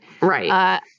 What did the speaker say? Right